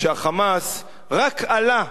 כשה"חמאס" רק עלה,